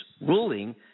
ruling